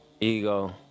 Ego